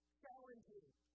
challenging